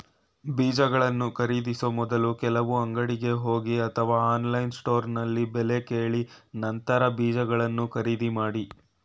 ಬೀಜಗಳನ್ನು ಖರೀದಿಸೋ ಮೊದ್ಲು ಕೆಲವು ಅಂಗಡಿಗೆ ಹೋಗಿ ಅಥವಾ ಆನ್ಲೈನ್ ಸ್ಟೋರ್ನಲ್ಲಿ ಬೆಲೆ ಕೇಳಿ ನಂತರ ಬೀಜಗಳನ್ನ ಖರೀದಿ ಮಾಡಿ